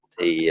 thì